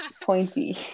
pointy